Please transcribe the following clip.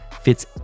fits